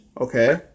okay